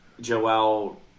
Joel